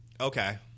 Okay